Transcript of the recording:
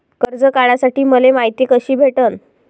कर्ज काढासाठी मले मायती कशी भेटन?